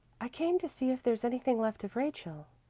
i came to see if there's anything left of rachel,